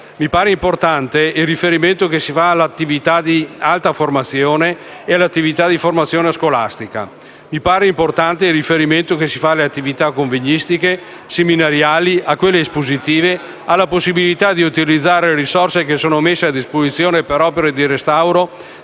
Mi pare importante il riferimento che si fa alla attività di alta formazione e all'attività di formazione scolastica. Mi pare importante il riferimento che si fa alle attività convegnistiche, seminariali, a quelle espositive, alla possibilità di utilizzare le risorse che sono state messe a disposizione per opere di restauro